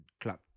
club